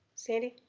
sandy